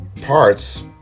parts